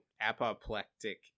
apoplectic